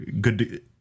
good